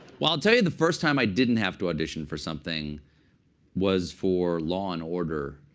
well, i'll tell you the first time i didn't have to audition for something was for law and order,